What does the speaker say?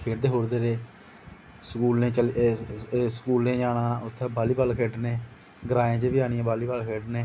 खेढ़दे स्कूलें जाना उत्थें वालीबॉल खेढ़ने ग्रांऐं च बी आह्नियै वालीबॉल खेढ़ने